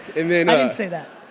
i didn't say that.